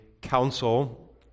council